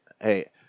Hey